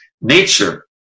nature